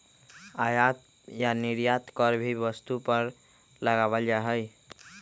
आयात या निर्यात कर भी वस्तु पर लगावल जा हई